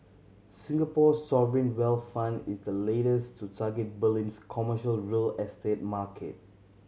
Singapore's sovereign wealth fund is the latest to target Berlin's commercial real estate market